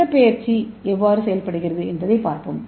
இடப்பெயர்ச்சி எவ்வாறு செய்யப்படுகிறது என்பதைப் பார்ப்போம்